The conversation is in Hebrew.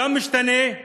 העולם משתנה,